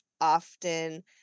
often